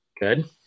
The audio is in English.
Good